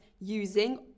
using